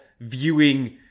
viewing